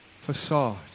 facade